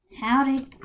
Howdy